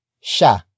sha